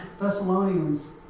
Thessalonians